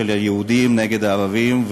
של היהודים נגד הערבים,